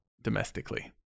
Domestically